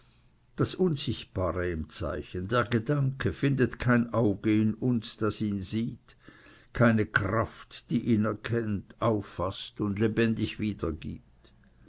das unsichtbare im zeichen der gedanke findet kein auge in uns das ihn sieht keine kraft die ihn erkennt auffaßt und lebendig wiedergibt